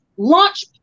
launch